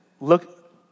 look